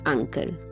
Uncle